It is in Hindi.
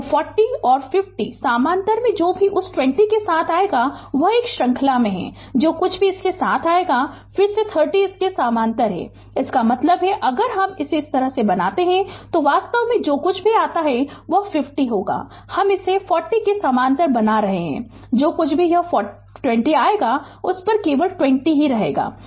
तो 40 और 50 समानांतर में जो भी उस 20 के साथ आएगा वह श्रृंखला में है जो कुछ भी इसके साथ आएगा फिर से 30 इसके समानांतर हैं इसका मतलब है अगर हम इसे इस तरह बनाते है तो यह वास्तव में जो कुछ भी आता है वह 50 होगा हम इसे 40 के समानांतर बना रहे है जो कुछ भी यह 20 आएगा उस पर केवल 20 आएंगे